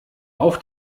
auf